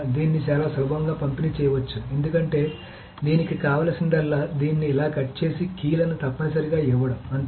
దీన్ని చాలా సులభంగా పంపిణీ చేయవచ్చు ఎందుకంటే దీనికి కావలసిందల్లా దీన్ని ఇలా కట్ చేసి కీలను తప్పనిసరిగా ఇవ్వడం అంతే